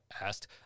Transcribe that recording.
asked